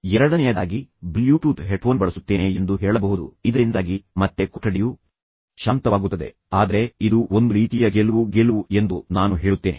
ಎರಡನೆಯದಾಗಿ ನಾನು Bluetooth headphone ಅನ್ನು ಬಳಸುತ್ತೇನೆ ಎಂದು ಅವನು ಹೇಳಬಹುದು ಇದರಿಂದಾಗಿ ಮತ್ತೆ ಕೊಠಡಿಯು ಶಾಂತವಾಗುತ್ತದೆ ಆದರೆ ಇದು ಒಂದು ರೀತಿಯ ಗೆಲುವು ಗೆಲುವು ಎಂದು ನಾನು ಹೇಳುತ್ತೇನೆ